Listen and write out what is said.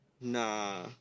Nah